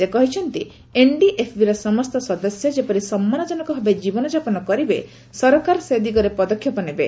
ସେ କହିଛନ୍ତି ଏନ୍ଡିଏଫ୍ବି ର ସମସ୍ତ ସଦସ୍ୟ ଯେପରି ସମ୍ମାନଜନକ ଭାବେ ଜୀବନଜାପନ କରିବେ ସରକାର ସେ ଦିଗରେ ପଦକ୍ଷେପ ନେବେ